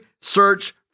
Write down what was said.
search